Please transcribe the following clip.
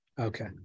okay